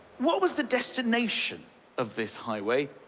what was the destination of this highway?